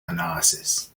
analysis